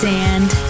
Sand